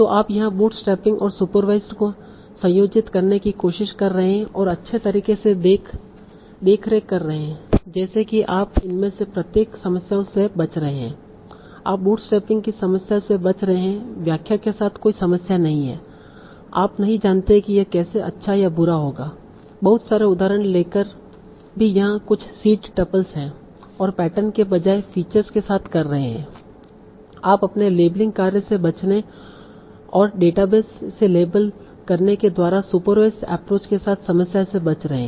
तो आप यहां बूटस्ट्रैपिंग और सुपरवाइसड को संयोजित करने की कोशिश कर रहे हैं और अच्छे तरीके से देखरेख कर रहे हैं जैसे कि आप इनमें से प्रत्येक समस्याओं से बच रहे हैं आप बूटस्ट्रैपिंग की समस्या से बच रहे हैं व्याख्या के साथ कोई समस्या नहीं है आप नहीं जानते कि यह कैसे अच्छा या बुरा होगा बहुत सारे उदाहरण लेकर भी यहाँ कुछ सीड टपल्स हैं और पैटर्न के बजाय फीचर्स के साथ कर रहे हैं और आप अपने लेबलिंग कार्य से बचने और डेटाबेस से लेबल लेने के द्वारा सुपरवाइसड एप्रोच के साथ समस्या से बच रहे हैं